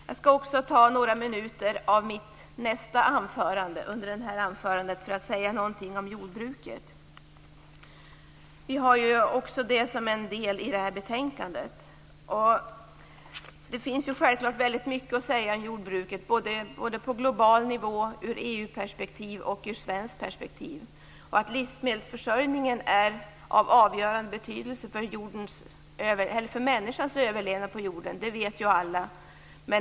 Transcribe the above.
Jag tänkte ägna några minuter av mitt nästa anförande åt att under det här debattavsnittet säga några ord om jordbruket. Jordbruksfrågor utgör ju en del av betänkandet. Det finns självklart mycket att säga om jordbruket. Det gäller då på global nivå, i ett EU perspektiv och i ett svenskt perspektiv. Att livsmedelsförsörjningen är av avgörande betydelse för människans överlevnad på jorden vet alla.